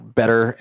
better